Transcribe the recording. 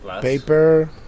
Paper